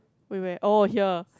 wait where oh here